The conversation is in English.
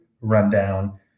Rundown